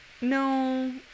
no